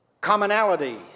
commonality